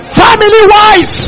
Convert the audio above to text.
family-wise